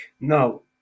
No